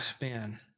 man